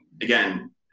again